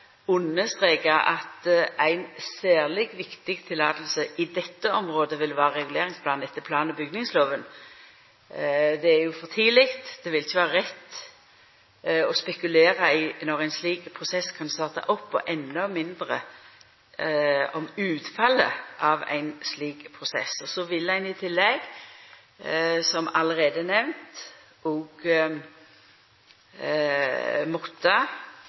at ei særleg viktig tillating i dette området vil vera i reguleringsplanen etter plan- og byggingslova. Det er for tidleg – og det vil ikkje vera rett – å spekulera over når ein slik prosess kan starta opp, og endå mindre spekulera over utfallet av den prosessen. Så vil ein i tillegg, som allereie er nemnt,